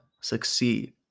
succeed